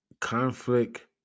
conflict